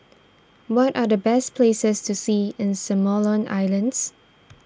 what are the best places to see in Solomon Islands